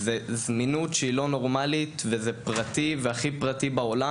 זוהי זמינות לא נורמלית, וזה הכי פרטי בעולם.